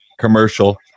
commercial